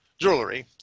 jewelry